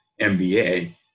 MBA